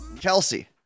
Kelsey